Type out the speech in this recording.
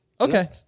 Okay